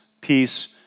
peace